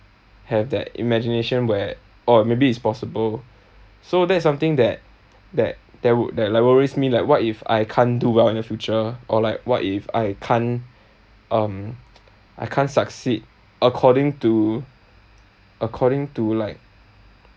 have that imagination where oh maybe it's possible so that's something that that that would that like worries me like what if I can't do well in the future or like what if I can't um I can't succeed according to according to like